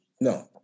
no